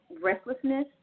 restlessness